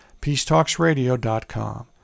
peacetalksradio.com